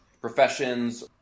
professions